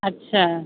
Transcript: अच्छा